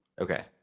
Okay